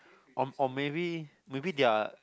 or or maybe maybe their